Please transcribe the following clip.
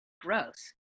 gross